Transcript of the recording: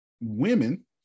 women